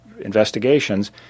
investigations